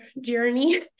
journey